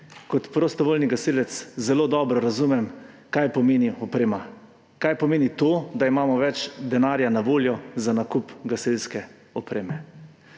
Kot prostovoljni gasilec zelo dobro razumem, kaj pomeni oprema, kaj pomeni to, da imamo več denarja na voljo za nakup gasilske opreme.